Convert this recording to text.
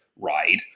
ride